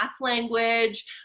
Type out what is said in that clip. language